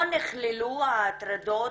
נכללו ההטרדות